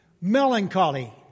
Melancholy